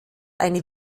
eine